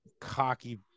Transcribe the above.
cocky